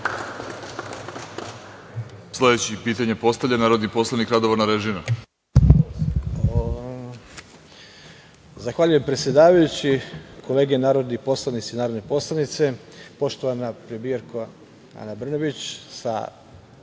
Sledeći pitanje postavlja, narodni poslanik Radovan